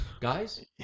guys